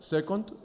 Second